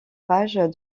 page